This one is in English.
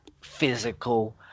physical